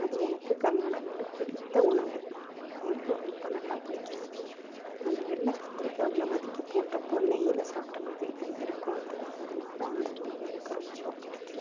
அது எனக்கு கர்நாடகாவில் பிடித்த உணவு எனக்கும் ரொம்ப நல்லா புடிக்கும் அது அந்த வெள்ளைக் கத்திரிக்காயில வதக்கி போட்டப்போ நெய்யில் சாப்பிட்ட மாதிரி தான் இருக்கும் அது அதனால அந்த உணவு எனக்கு ரொம்ப பிடிக்கும்